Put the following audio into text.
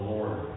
Lord